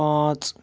پانٛژھ